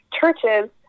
churches